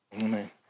Amen